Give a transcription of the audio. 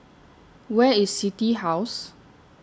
Where IS City House